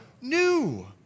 new